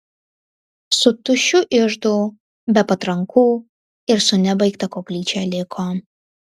su tuščiu iždu be patrankų ir su nebaigta koplyčia liko